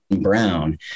Brown